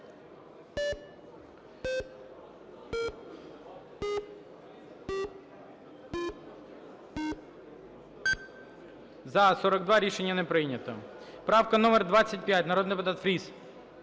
За-42 Рішення не прийнято. Правка номер 25. Народний депутат Фріс.